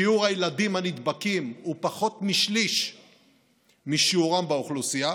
שיעור הילדים הנדבקים הוא פחות משליש משיעורם באוכלוסייה.